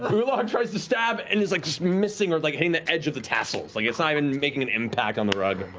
ulog tries to stab and is like missing or like hitting the edge of the tassels. like it's not even making an impact on the rug.